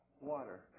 water